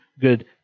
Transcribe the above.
good